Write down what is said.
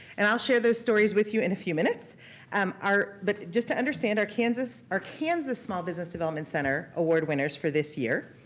and i'll share those stories with you in a few minutes um but just to understand, our kansas our kansas small business development center award winners for this year,